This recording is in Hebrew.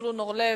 זבולון אורלב,